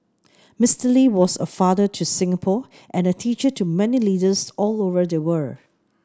Mister Lee was a father to Singapore and a teacher to many leaders all over the world